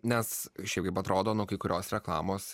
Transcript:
nes šiaip kaip atrodo nu kai kurios reklamos